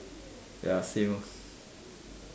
ya same